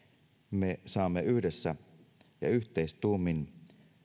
me saamme yhdessä ja yhteistuumin